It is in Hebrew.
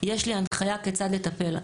יש לי הנחיה כיצד לטפל.